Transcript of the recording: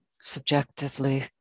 subjectively